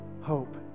hope